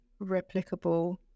replicable